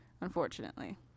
unfortunately